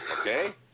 Okay